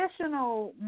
additional